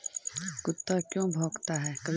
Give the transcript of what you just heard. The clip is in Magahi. कुत्ता क्यों भौंकता है?